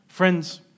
Friends